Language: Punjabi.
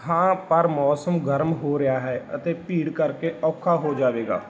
ਹਾਂ ਪਰ ਮੌਸਮ ਗਰਮ ਹੋ ਰਿਹਾ ਹੈ ਅਤੇ ਭੀੜ ਕਰਕੇ ਔਖਾ ਹੋ ਜਾਵੇਗਾ